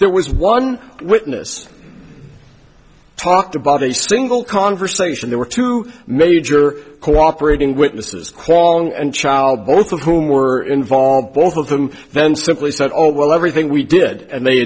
there was one witness talked about a single conversation there were two major cooperating witnesses calling and child both of whom were involved both of them then simply said oh well everything we did and they